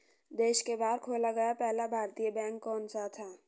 देश के बाहर खोला गया पहला भारतीय बैंक कौन सा था?